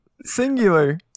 singular